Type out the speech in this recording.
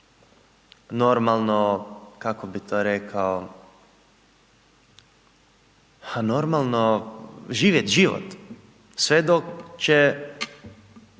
normalno kako bi to rekao, normalno živjet život, sve dok će